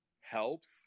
helps